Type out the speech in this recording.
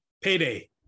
Payday